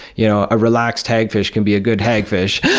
you know, a relaxed hagfish can be a good hagfish.